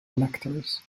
electors